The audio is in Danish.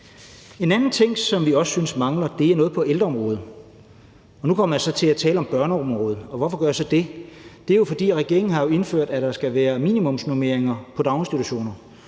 En anden ting, som vi også synes mangler, er noget på ældreområdet. Nu kommer jeg så til at tale om børneområdet, og hvorfor gør jeg så det? Det er jo, fordi regeringen har indført, at der skal være minimumsnormeringer på daginstitutionerne.